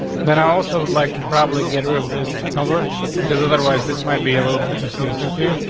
then i also would like to probably get rid of this cover because otherwise this might be a little bit confusing to you.